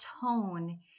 tone